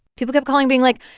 people kept calling, being like,